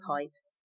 pipes